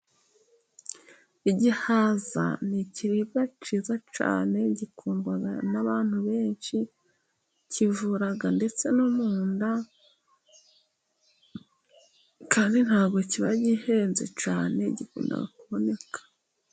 Igihaza ni ikiribwa cyiza cyane, gikundwa n'abantu benshi kivura ndetse no mu nda kandi ntabwo kiba gihenze cyane, gikunda kuboneka.